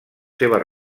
seves